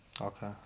Okay